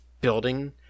building